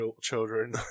children